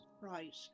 Right